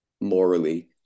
morally